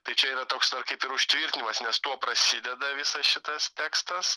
tai čia yra toks dar kaip ir užtvirtinimas nes tuo prasideda visas šitas tekstas